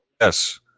Yes